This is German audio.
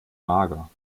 mager